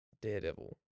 Daredevil